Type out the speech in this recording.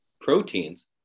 proteins